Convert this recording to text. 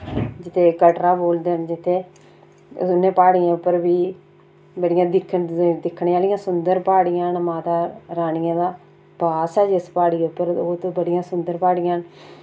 जित्थै कटरा बोलदे न जित्थै उ'नें प्हाड़ियें उप्पर बी बड़ियां दिक्खन दिक्खने आह्लियां सुन्दर पहाड़ियां न माता रानिये दा बास ऐ जिस पहाड़ी उप्पर ओह् ते बड़ियां सुन्दर पहाड़ियां न